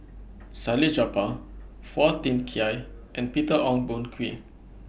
Salleh Japar Phua Thin Kiay and Peter Ong Boon Kwee